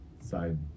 side